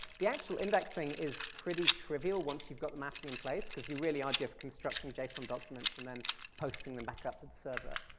the actual indexing is pretty trivial once you've got the mapping in place cause you really are just constructing json documents and then posting them back up to the server.